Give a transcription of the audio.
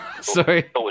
sorry